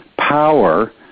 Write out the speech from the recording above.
power